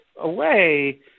away